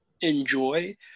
enjoy